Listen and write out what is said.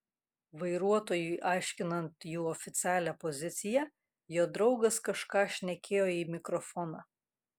vairuotojui aiškinant jų oficialią poziciją jo draugas kažką šnekėjo į mikrofoną